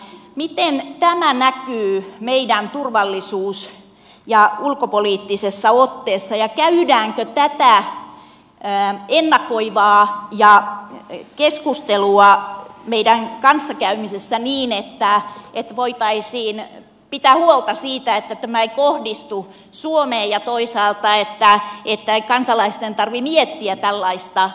miten tämä näkyy meidän turvallisuus ja ulkopoliittisessa otteessamme ja käydäänkö tätä ennakoivaa keskustelua meidän kanssakäymisessämme niin että voitaisiin pitää huolta siitä että tämä ei kohdistu suomeen ja toisaalta että kansalaisten ei tarvitse miettiä tällaista huolta